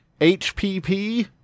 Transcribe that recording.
HPP